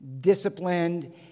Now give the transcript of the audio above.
disciplined